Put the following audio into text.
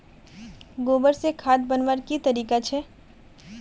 गोबर से खाद बनवार की तरीका छे?